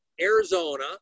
Arizona